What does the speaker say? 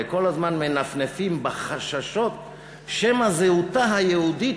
וכל הזמן מנפנפים בחששות שמא זהותה היהודית